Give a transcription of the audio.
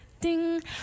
ding